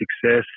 success